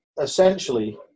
essentially